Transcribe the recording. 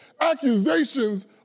Accusations